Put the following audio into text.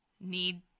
need